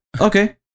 Okay